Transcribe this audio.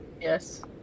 Yes